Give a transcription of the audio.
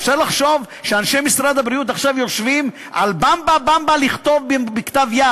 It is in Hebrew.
אפשר לחשוב שאנשי משרד הבריאות עכשיו יושבים על במבה-במבה לכתוב בכתב-יד